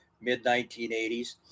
mid-1980s